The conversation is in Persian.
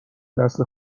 دست